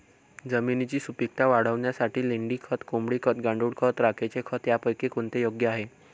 जमिनीची सुपिकता वाढवण्यासाठी लेंडी खत, कोंबडी खत, गांडूळ खत, राखेचे खत यापैकी कोणते योग्य आहे?